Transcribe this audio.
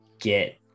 get